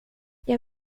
jag